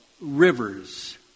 rivers